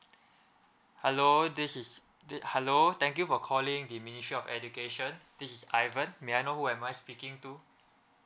hello this is hello thank you for calling the ministry of education this is ivan may I know who am I speaking to